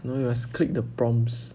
you know you must click the prompts